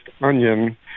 onion